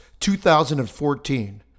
2014